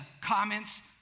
comments